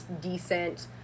decent